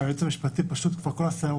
אם היינו בסיטואציה כפי שהבנו אותה בשתיים